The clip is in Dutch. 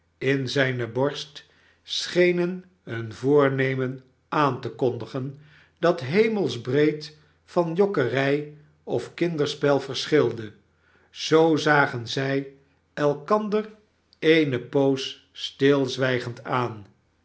in zijne borst schenen een voornemen aan te kondigen dat hemelsbreed van jokkernij of kinderspel verschilde zoo zagen zij elkander eene poos stilzwijgend aan